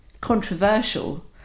controversial